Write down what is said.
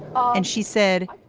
and she said,